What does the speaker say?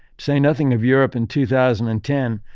say nothing of europe in two thousand and ten,